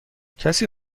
کسی